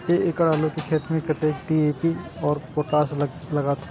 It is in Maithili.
एक एकड़ आलू के खेत में कतेक डी.ए.पी और पोटाश लागते?